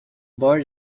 board